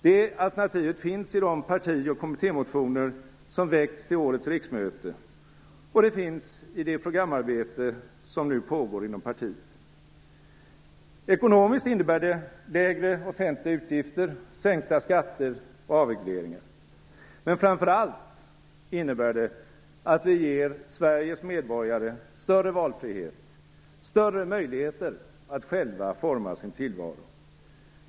Det alternativet finns i de parti och kommittémotioner som väckts till årets riksmöte, och det finns i det programarbete som nu pågår inom partiet. Ekonomiskt innebär det lägre offentliga utgifter, sänkta skatter och avregleringar. Men framför allt innebär det att vi ger Sveriges medborgare större valfrihet och större möjligheter att själva forma sin tillvaro.